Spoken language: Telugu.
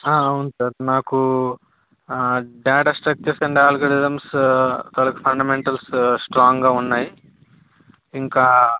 ఆ అవును సర్ నాకు ఆ డాటా స్ట్రక్చర్స్ అండ్ అల్గోరిథమ్స్ తాలూకు ఫండమెంటల్స్ స్ట్రాంగ్గా ఉన్నాయి ఇంకా